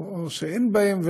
או שאין בהם,